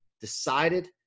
decided